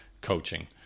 coaching